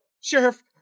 Sheriff